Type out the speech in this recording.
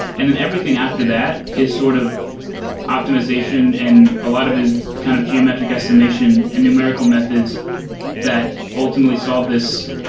and then everything after that is sort of optimization and a lot of it is kind of geometric estimation and numerical methods that ultimately solve this.